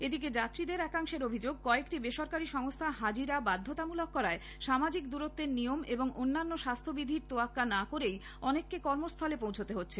এদিকে যাত্রীদের একাংশের অভিযোগ কয়েকটি বেসরকারি সংস্হা হাজিরা বাধ্যতামূলক করায় সামাজিক দূরত্বের নিয়ম এবং অন্যান্য স্বাস্হ্য বিধির তোয়াক্কা না করেই অনেককে কর্মস্হলে পৌঁছতে হচ্ছে